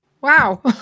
wow